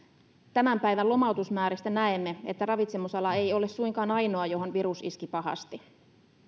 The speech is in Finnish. tämän päivän lomautusmääristä näemme että ravitsemusala ei ole suinkaan ainoa johon virus iski pahasti